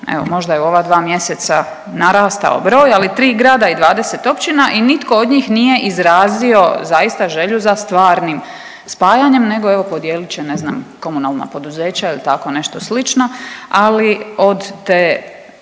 evo možda je u ova dva mjeseca narastao broj, ali tri grada i 20 općina i nitko od njih nije izrazio zaista želju za stvarnim spajanjem nego evo podijelit će ne znam komunalna poduzeća ili tako nešto slično, ali od te